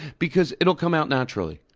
because it'll come out naturally.